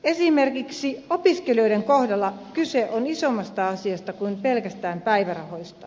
esimerkiksi opiskelijoiden kohdalla kyse on isommasta asiasta kuin pelkästään päivärahoista